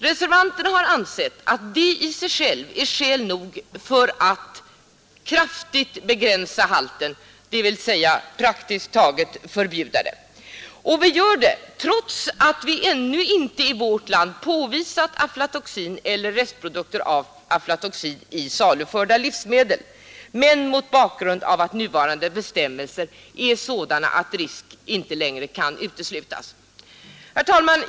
Reservanterna har ansett att detta i sig självt är skäl nog för att kraftigt begränsa halten, dvs. praktiskt taget förbjuda det Och vi föreslår det trots att man ännu inte i vårt land har påvisat atlatoxin eller restprodukter av aflatoxin i saluförda livsmedel men mot bakgrund av att nuvarande bestämmelser är sådana att risk härför inte längre kan uteslutas. Herr talman!